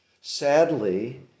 sadly